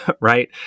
right